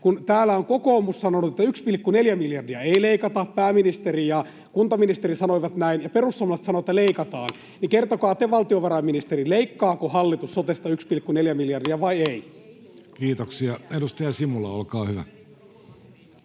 Kun täällä on kokoomus sanonut, että 1,4 miljardia ei leikata, pääministeri ja kuntaministeri sanoivat näin, ja perussuomalaiset sanovat, että leikataan, niin kertokaa te, valtiovarainministeri: leikkaako hallitus sotesta 1,4 miljardia vai ei? [Eduskunnasta: Ei leikkaa!